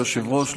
היושב-ראש,